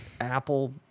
Apple